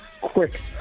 quick